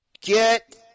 Get